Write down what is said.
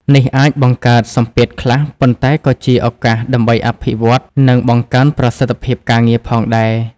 នេះអាចបង្កើតសម្ពាធខ្លះ ប៉ុន្តែក៏ជាឱកាសដើម្បីអភិវឌ្ឍខ្លួន និងបង្កើនប្រសិទ្ធភាពការងារផងដែរ។